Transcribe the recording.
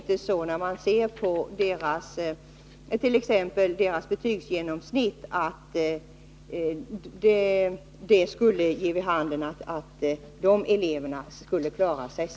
Deras genomsnittliga betyg ger inte vid handen att så skulle vara fallet.